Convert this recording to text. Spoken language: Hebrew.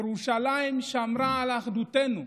ירושלים שמרה על אחדותנו.